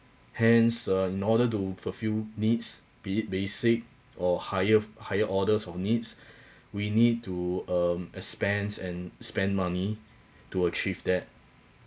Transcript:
hence uh in order to fulfil needs be it basic or higher higher orders of needs we need to um expands and spend money to achieve that